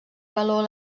calor